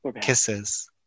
Kisses